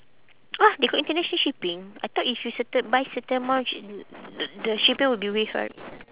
!huh! they got international shipping I thought if you certain buy certain amount you the the shipping will be waived right